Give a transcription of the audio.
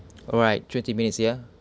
alright twenty minutes ya